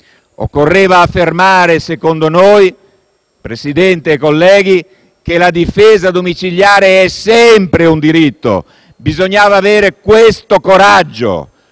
Occorreva affermare - secondo noi - signor Presidente, colleghi, che la difesa domiciliare è sempre un diritto. Bisognava avere questo coraggio.